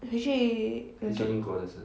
回去 I thought